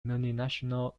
multinational